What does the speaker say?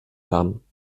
kamen